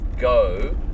go